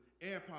AirPods